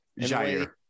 Jair